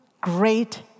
great